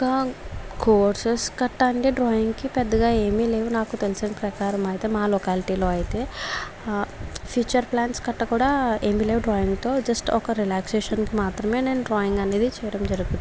ఒక కోర్సెస్ గట్ట అంటే డ్రాయింగ్కి పెద్దగా ఏమి లేవు నాకు తెలిసిన ప్రకారం అయితే మా లోకాలిటిలో అయితే ఫ్యూచర్ ప్లాన్స్ కట్ట కూడా ఏమిలేవు డ్రాయింగ్తో జెస్ట్ ఒక రిలాక్సేషన్కి మాత్రమే నేను డ్రాయింగ్ అనేది చేయడం జరుగుద్ది